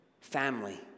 family